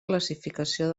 classificació